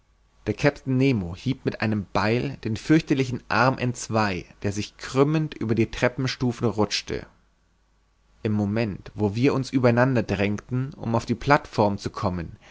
der kapitän nemo hieb mit einem beil den fürchterlichen arm entzwei der sich krümmend über die treppenstufen rutschte im moment wo wir uns über einander drängten um auf die plateform zu kommen